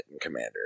Commander